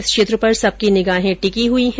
इस क्षेत्र पर सबकी निगाहे टिकी हुई है